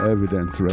Evidence